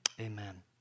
Amen